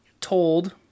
told